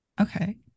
Okay